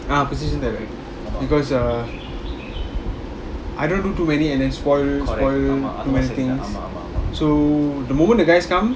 ah position நெனைக்கிறேன்:nenaikren because err I don't do too many and then spoil spoil too many things so the moment the guys come